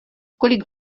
kolik